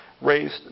raised